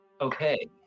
okay